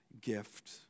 gift